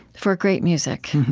for great music.